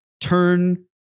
turn